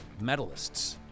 medalists